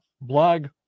blog